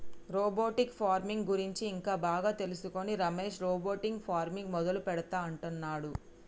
robotic farming గురించి ఇంకా బాగా తెలుసుకొని రమేష్ రోబోటిక్ ఫార్మింగ్ మొదలు పెడుతా అంటున్నాడు